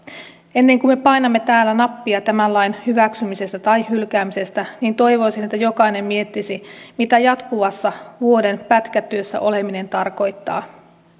ennen kuin me painamme täällä nappia tämän lain hyväksymisestä tai hylkäämisestä niin toivoisin että jokainen miettisi mitä jatkuvassa vuoden pätkätyössä oleminen tarkoittaa